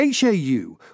HAU